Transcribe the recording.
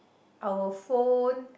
our phone